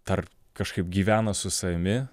dar kažkaip gyvena su savimi